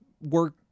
work